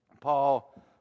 Paul